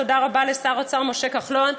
תודה רבה לשר האוצר משה כחלון,